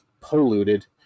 polluted